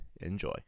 Enjoy